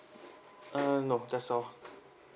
uh no that's all